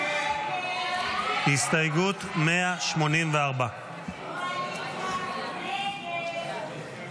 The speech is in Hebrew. הסתייגות 184. הסתייגות 184 לא נתקבלה.